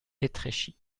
étréchy